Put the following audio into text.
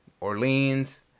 Orleans